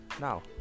Now